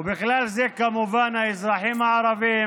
ובכלל זה כמובן האזרחים הערבים